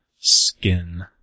skin